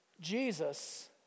Jesus